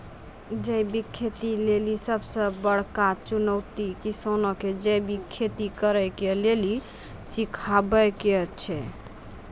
जैविक खेती लेली सबसे बड़का चुनौती किसानो के जैविक खेती करे के लेली सिखाबै के छै